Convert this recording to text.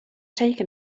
taken